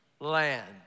land